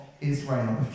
Israel